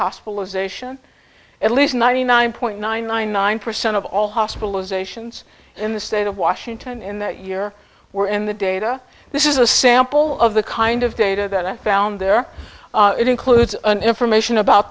hospitalization at least ninety nine point nine nine nine percent of all hospitalizations in the state of washington in that year were in the data this is a sample of the kind of data that i found there it includes an information about